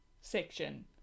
section